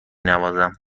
نوازم